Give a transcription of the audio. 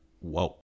Whoa